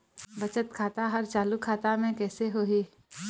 बचत खाता हर चालू खाता कैसे म होही?